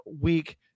week